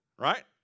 Right